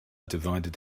divided